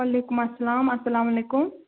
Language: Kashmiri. وعلیکُم اسلام اسلامُ علیکُم